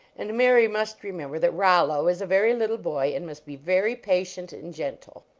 and mary must remember that rollo is a very little boy, and must be very patient and gen tle.